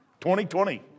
2020